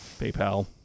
PayPal